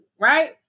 right